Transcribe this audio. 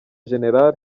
gen